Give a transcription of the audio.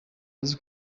azi